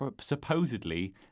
supposedly